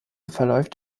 verläuft